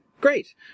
Great